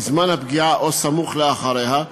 בזמן הפגיעה או סמוך לאחריה,